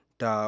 da